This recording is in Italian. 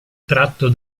tratto